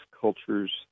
cultures